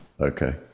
Okay